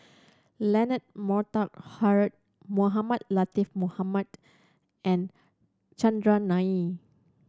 Leonard Montague Harrod Mohamed Latiff Mohamed and Chandran Nair